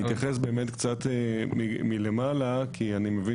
אני אתייחס באמת קצת מלמעלה כי אני מבין